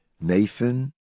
Nathan